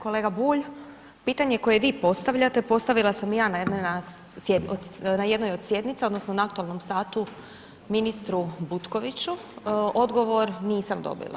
Kolega Bulj, pitanje koje vi postavljate, postavila sam i ja na jednoj od sjednica, odnosno na aktualnom satu ministru Butkoviću, odgovor nisam dobila.